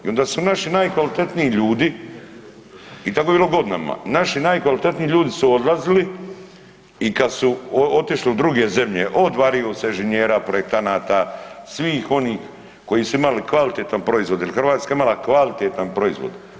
I onda su naši najkvalitetniji ljudi i tako je bilo godinama, naši najkvalitetniji ljudi su odlazili i kad su otišli u druge zemlje, od varioca, inženjera, projektanata koji su imali kvalitetan proizvod jel Hrvatska je imala kvalitetan proizvod.